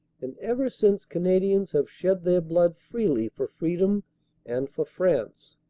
and ever since canadians have shed their blood freely for freedom and for france.